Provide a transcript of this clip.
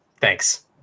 Thanks